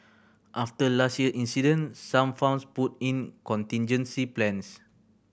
after last year incident some farms put in contingency plans